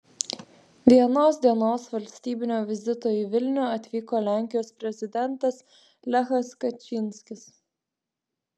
vienos dienos valstybinio vizito į vilnių atvyko lenkijos prezidentas lechas kačynskis